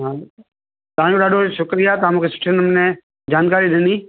हा तव्हां ॾाढो शुक्रिया तव्हां मूंखे सुठे नमूने जानकारी ॾिनी